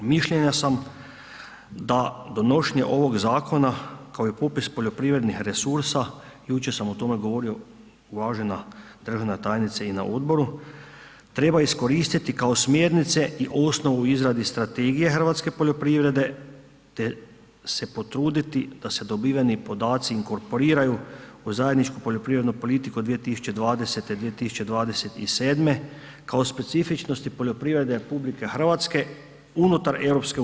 Mišljenja sam da donošenje ovog zakona, kao i popis poljoprivrednih resursa, jučer sam o tome govorio uvažena državna tajnice i na odboru, treba iskoristiti kao smjernice i osnovu u izradi strategije hrvatske poljoprivrede te se potruditi da se dobiveni podaci inkorporiraju u zajedničku poljoprivrednu politiku 2020.-2027. kao specifičnosti poljoprivrede RH unutar EU.